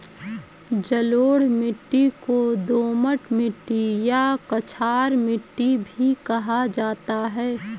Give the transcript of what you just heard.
जलोढ़ मिट्टी को दोमट मिट्टी या कछार मिट्टी भी कहा जाता है